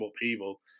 upheaval